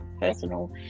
personal